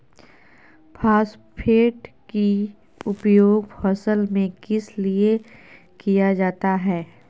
Phosphate की उपयोग फसल में किस लिए किया जाता है?